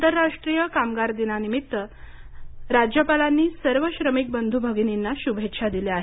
आंतरराष्ट्रीय कामगार दिनानिमित्त देखील राज्यपालांनी सर्व श्रमिक बंधू भगिनींना शुभेच्छा दिल्या आहेत